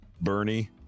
Bernie